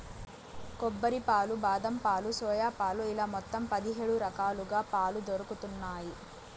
కొబ్బరి పాలు, బాదం పాలు, సోయా పాలు ఇలా మొత్తం పది హేడు రకాలుగా పాలు దొరుకుతన్నాయి